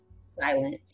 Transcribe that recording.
silent